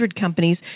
companies